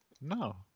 No